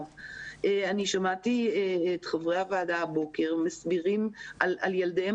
שמעתי הבוקר את חברי הוועדה מסבירים על ילדיהם